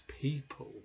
people